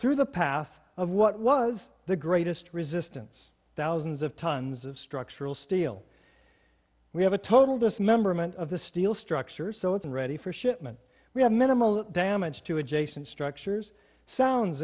through the path of what was the greatest resistance thousands of tons of structural steel we have a total dismemberment of the steel structure so isn't ready for shipment we have minimal damage to adjacent structures sounds